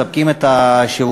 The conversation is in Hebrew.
מספקים את השירותים,